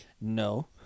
No